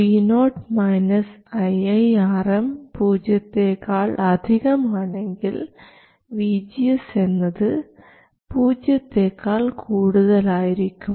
vo iiRm പൂജ്യത്തെക്കാൾ അധികം ആണെങ്കിൽ vgs എന്നത് പൂജ്യത്തെക്കാൾ കൂടുതൽ ആയിരിക്കും